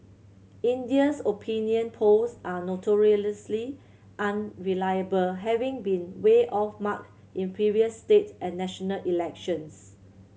India's opinion polls are notoriously unreliable having been way off mark in previous state and national elections